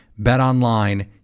BetOnline